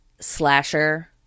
slasher